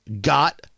got